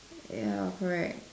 ya correct